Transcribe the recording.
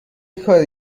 کاری